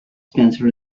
spencer